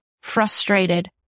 frustrated